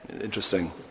interesting